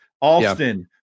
Austin